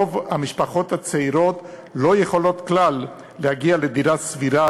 רוב המשפחות הצעירות לא יכולות כלל להגיע לדירה סבירה,